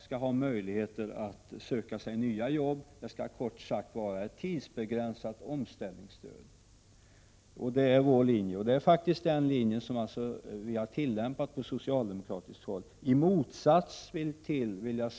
1987/88:45 jobb. Kort sagt: Det skall vara ett tidsbegränsat omställningsstöd. Det är 15 december 1987 faktiskt den linje som vi socialdemokrater har följt — i motsats till, det villjag.